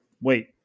Wait